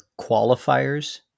qualifiers